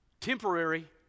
temporary